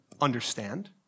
understand